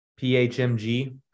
PHMG